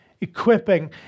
equipping